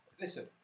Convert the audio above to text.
listen